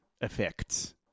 effects